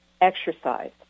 Exercise